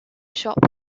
shop